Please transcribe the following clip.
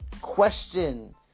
question